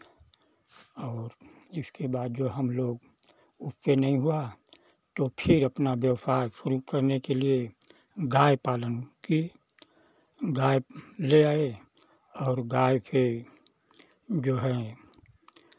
और इसके बाद जो हम लोग उससे नहीं हुआ तो फिर अपना व्यापार शुरू करने के लिए गाय पालन किये गाय ले आए और गाय के जो है